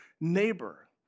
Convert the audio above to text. neighbor